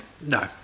no